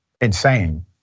insane